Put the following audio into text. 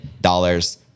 dollars